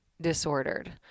disordered